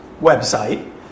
website